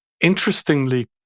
Interestingly